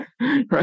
Right